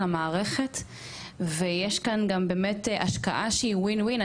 המערכת ויש כאן גם באמת השקעה שהיא WIN-WIN ,